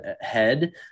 head